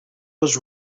was